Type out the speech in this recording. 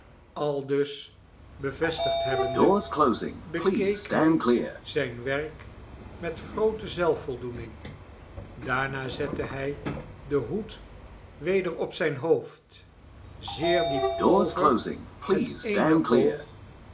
aldus bevestigd hebbende bekeek hij zijn werk met groote zelfvoldoening daarna zette hij den hoed weder op zijn hoofd zeer diep over het eene oog